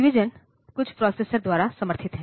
division कुछ processor द्वारा समर्थित है